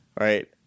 right